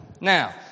now